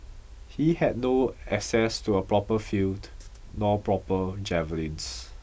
he had no access to a proper field nor proper javelins